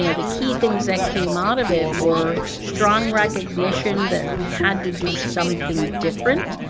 you know the key things that came out of it were strong recognition that we had to do something different.